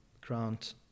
grant